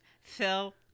Phil